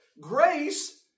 grace